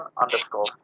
underscore